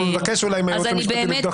נבקש אולי מהייעוץ המשפטי לבדוק את זה תוך כדי.